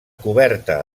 coberta